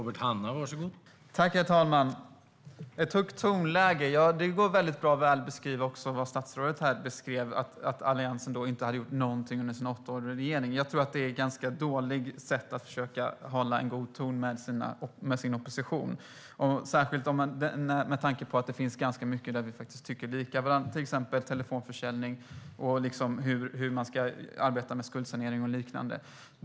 Herr talman! Det är ett högt tonläge. Ja, det går väldigt bra att beskriva det statsrådet här beskrev: att Alliansen inte hade gjort någonting under sina åtta år i regering. Jag tror att det är ett ganska dåligt sätt att försöka hålla en god ton med sin opposition, särskilt med tanke på att det finns ganska mycket som vi faktiskt tycker lika om. Det gäller till exempel telefonförsäljning och hur man ska arbeta med skuldsanering och liknande.